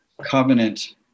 covenant